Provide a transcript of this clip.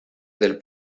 del